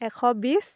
এশ বিছ